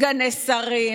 והעיקר,